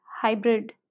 hybrid